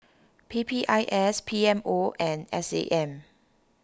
P P I S P M O and S A M